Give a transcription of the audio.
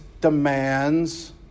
demands